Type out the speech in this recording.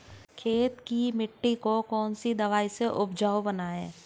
खेत की मिटी को कौन सी दवाई से उपजाऊ बनायें?